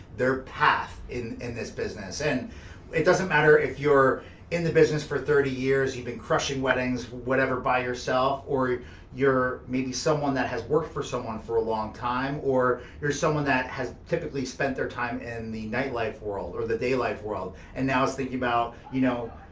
their path in in this business. and it doesn't matter if you're in the business for thirty years, you've been crushing weddings, whatever, by yourself, or you're maybe someone that has worked for someone for a long time, or you're someone that has typically spent their time in the nightlife world, or the daylife world, and now is thinking about, you know,